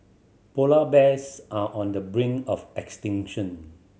polar bears are on the brink of extinction